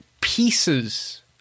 pieces